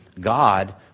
God